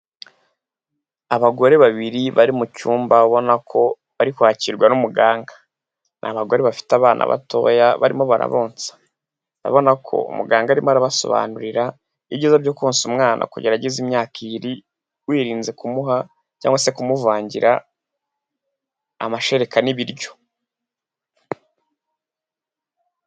Abagore babiri bari mu icyumba ubonako barimo kwakirwa n'umuganga arimo arabasobanurira ibyiza byo konsa umwana kugerageza imyaka ibiri wirinze kumuha cyangwa se kumuvangira amashereka n'ibiryo.